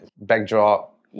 backdrop